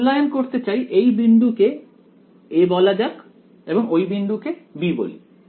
আমি মূল্যায়ন করতে চাই এই বিন্দু কে a বলা যাক এবং ওই বিন্দুকে b বলি